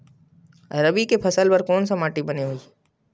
रबी के फसल बर कोन से माटी बने होही?